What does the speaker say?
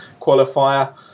qualifier